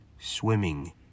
swimming